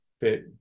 fit